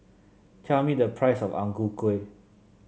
tell me the price of Ang Ku Kueh